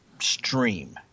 stream